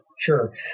sure